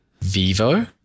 Vivo